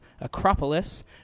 Acropolis